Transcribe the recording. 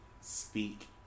speak